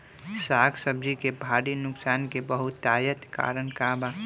साग सब्जी के भारी नुकसान के बहुतायत कारण का बा?